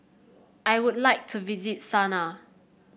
I would like to visit Sanaa